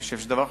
זה דבר חשוב.